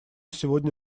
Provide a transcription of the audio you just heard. сегодня